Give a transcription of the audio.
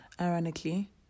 ironically